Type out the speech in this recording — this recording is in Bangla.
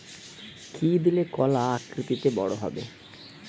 কি দিলে কলা আকৃতিতে বড় হবে?